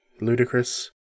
Ludicrous